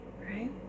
Right